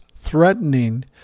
threatening